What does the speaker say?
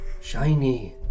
Shiny